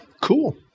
Cool